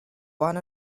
one